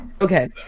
Okay